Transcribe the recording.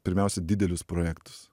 pirmiausia didelius projektus